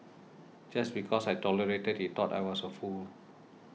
just because I tolerated he thought I was a fool